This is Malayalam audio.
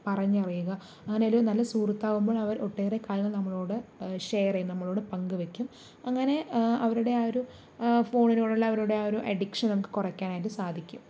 പറഞ്ഞറിയുക അങ്ങനെയൊരു നല്ല സുഹൃത്താവുമ്പോൾ അവർ ഒട്ടേറെ കാര്യങ്ങൾ നമ്മളോട് ഷെയർ ചെയ്യും പങ്കുവെയ്ക്കും അങ്ങനെ അവരുടെ ആ ഒരു ഫോണിനോടുള്ള അവരുടെ ആ ഒരു അഡിക്ഷൻ നമുക്ക് കുറയ്ക്കാനായിട്ട് സാധിക്കും